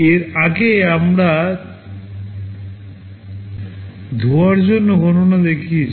এর আগে আমরা ধোয়ার জন্য গণনা দেখিয়েছি